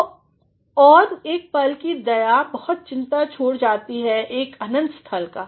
तो औरएक पल की दया बहुत चिंता छोड़ जाती है एक अनंत स्थल का